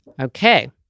Okay